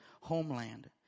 homeland